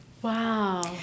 Wow